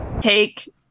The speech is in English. take